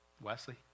Wesley